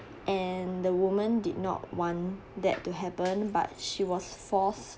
and the woman did not want that to happen but she was forced